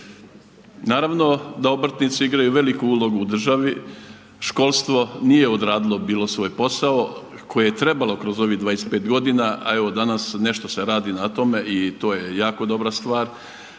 Naravno da obrtnici igraju veliku ulogu u državi. Školstvo nije odradilo bilo svoj posao koje je trebalo kroz ovih 25 godina, a evo danas nešto se radi na tome i to je jako dobra stvar.